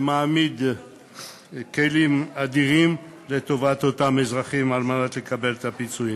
שמעמיד כלים אדירים לטובת אותם אזרחים על מנת לקבל את הפיצויים.